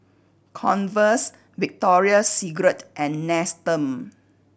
Converse Victoria Secret and Nestum